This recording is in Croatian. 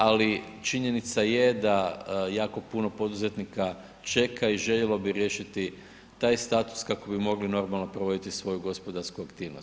Ali činjenica je da jako puno poduzetnika čeka i željelo bi riješiti taj status kako bi mogli normalno provoditi svoju gospodarsku aktivnost.